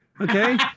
Okay